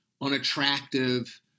unattractive